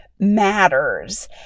matters